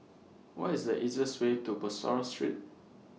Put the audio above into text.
What IS The easiest Way to Bussorah Street